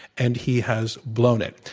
and he has blown it.